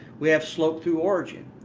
we have slow through origin.